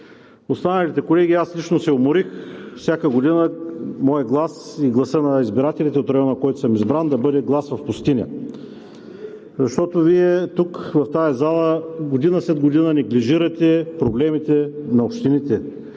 се отхвърлят. Аз лично се уморих всяка година моят глас и гласът на избирателите от района, от който съм избран, да бъде глас в пустиня, защото Вие тук, в тази зала, година след година неглижирате проблемите на общините,